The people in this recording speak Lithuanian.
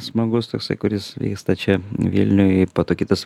smagus toksai kuris vyksta čia vilniuj ir po to kitas